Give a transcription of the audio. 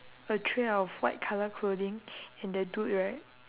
a tray of white colour clothing and the dude right